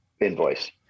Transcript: invoice